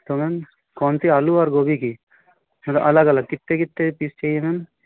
तो मैम कौनसी आलू और गोभी की मतलब अलग अलग कितने कितने पीस चाहिए मैम